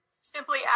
simply